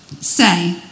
say